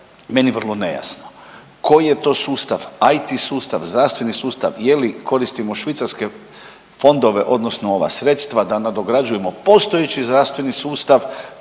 meni vrlo nejasno. Koji je to sustav, IT sustav, zdravstveni sustav, je li koristimo švicarske fondove odnosno ova sredstva da nadograđujemo postojeći zdravstveni sustav,